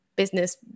business